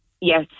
Yes